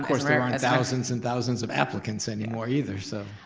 course there aren't thousands and thousands of applicants anymore either, so